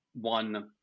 one